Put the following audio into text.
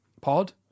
pod